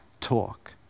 talk